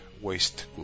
waste